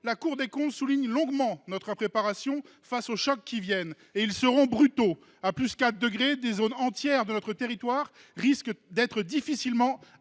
La Cour des comptes souligne pourtant longuement notre impréparation face aux chocs qui viennent. Et ils seront brutaux ! À +4 degrés, des zones entières de notre territoire risquent d’être difficilement